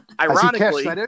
Ironically